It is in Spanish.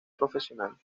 profesional